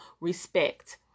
respect